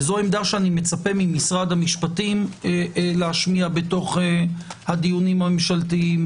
זו עמדה שאני מצפה ממשרד המשפטים להשמיע בתוך הדיונים הממשלתיים,